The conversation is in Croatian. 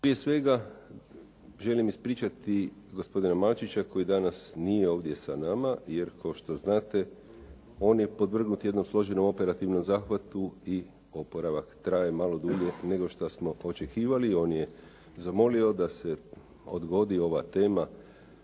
Prije svega, želim ispričati gospodina Malčića koji danas nije ovdje sa nama jer kao što znate on je podvrgnut jednom složenom operativnom zahvatu i oporavak traje malo dulje nego što smo očekivali. On je zamolio da se odgodi ova tema